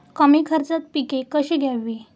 कमी खर्चात पिके कशी घ्यावी?